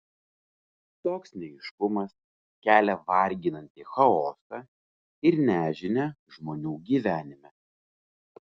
toks neaiškumas kelia varginantį chaosą ir nežinią žmonių gyvenime